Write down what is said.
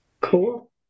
Cool